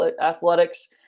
athletics